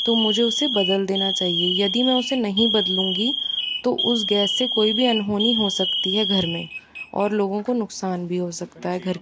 तो मुझे उसे बदल देना चाहिए यदि मैं उसे नहीं बदलूँगी तो उस गैस से कोई भी अनहोनी हो सकती है घर में और लोगों को नुकसान भी हो सकता है घर के